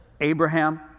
Abraham